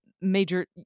major